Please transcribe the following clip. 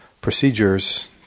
procedures